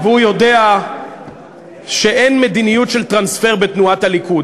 הוא יודע שאין מדיניות של טרנספר בתנועת הליכוד.